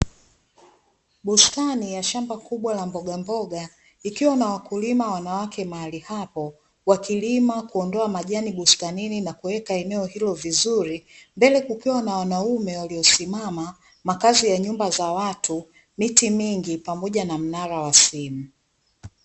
Bustani ya shamba kubwa la mbogamboga ikiwa na wakulima wanawake mahali hapo, wakilima kuondoa majani bustanini na kuweka eneo hilo vizuri, mbele kukiwa na wanaume waliosimama, makazi ya nyumba za watu, miti mingi pamoja na mnara wa simu.